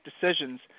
decisions